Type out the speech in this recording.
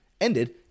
ended